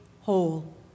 whole